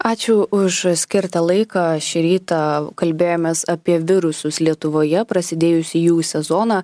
ačiū už skirtą laiką šį rytą kalbėjomės apie virusus lietuvoje prasidėjusį jų sezoną